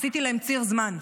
עשיתי להם ציר זמן.